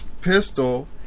pistol